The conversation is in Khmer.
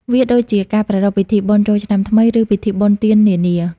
វាដូចជាការប្រារព្ធពិធីបុណ្យចូលឆ្នាំថ្មី ឬពិធីបុណ្យទាននានា។